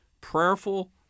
prayerful